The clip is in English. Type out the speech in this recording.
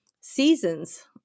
seasons